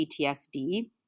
PTSD